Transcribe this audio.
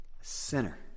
sinner